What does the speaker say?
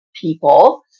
people